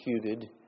executed